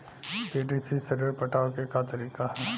PDC से ऋण पटावे के का तरीका ह?